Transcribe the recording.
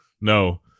no